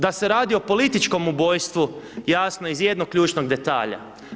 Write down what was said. Da se radi o političkom ubojstvu jasno je iz jednog ključnog detalja.